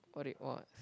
what it was